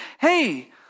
Hey